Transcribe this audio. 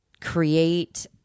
create